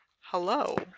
hello